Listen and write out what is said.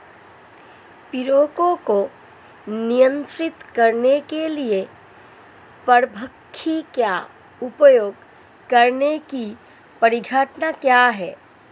पीड़कों को नियंत्रित करने के लिए परभक्षी का उपयोग करने की परिघटना क्या है?